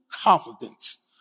confidence